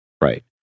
right